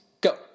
Go